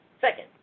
Second